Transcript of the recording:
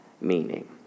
meaning